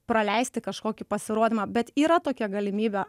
praleisti kažkokį pasirodymą bet yra tokia galimybė